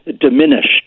diminished